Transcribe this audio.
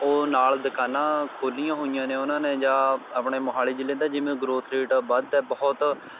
ਉਹ ਨਾਲ਼ ਦੁਕਾਨਾਂ ਖੋਲ੍ਹੀਆ ਹੋਈਆ ਨੇ ਉਨ੍ਹਾਂ ਨੇ ਜਾਂ ਆਪਣੇ ਮੋਹਾਲੀ ਜ਼ਿਲ੍ਹੇ ਦਾ ਜਿਵੇਂ ਗ੍ਰੋਥ ਰੇਟ ਆ ਵੱਧ ਹੈ ਬਹੁਤ